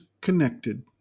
connected